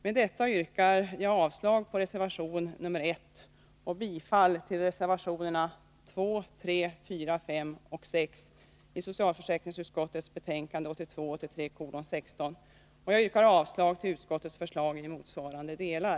Med detta yrkar jag avslag på reservation 1 och bifall till reservationerna 2, 3, 4, 5 och 6 vid socialförsäkringsutskottets betänkande 1982/83:16, och jag yrkar avslag på utskottets förslag i motsvarande delar.